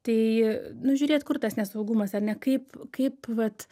tai nu žiūrėt kur tas nesaugumas ar ne kaip kaip vat